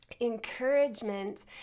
Encouragement